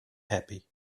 happy